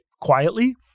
quietly